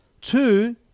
Two